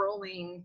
scrolling